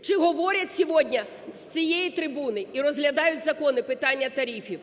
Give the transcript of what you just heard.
Чи говорять сегодня з цієї трибуни і розглядають закони – питання тарифів?